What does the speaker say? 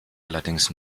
allerdings